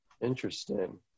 Interesting